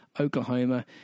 Oklahoma